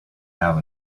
have